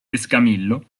escamillo